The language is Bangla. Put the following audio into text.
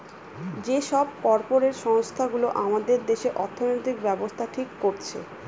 যে সব কর্পরেট সংস্থা গুলো আমাদের দেশে অর্থনৈতিক ব্যাবস্থা ঠিক করছে